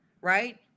right